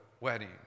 wedding